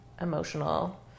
emotional